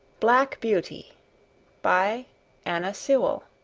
black beauty by anna sewell